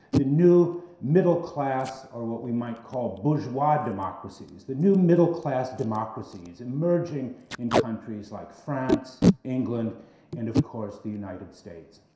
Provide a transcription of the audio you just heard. the new middle class or what we might call bourgeois democracies, the new middle class democracies emerging in countries like france, england and of course the united states.